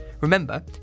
Remember